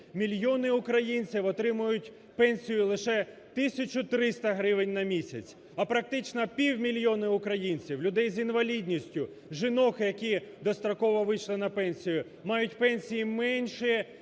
Мільйони українців отримують пенсію лише в 1300 гривень на місяць, а практично півмільйона українців, людей з інвалідністю, жінок, які достроково вийшли на пенсію, мають пенсії менше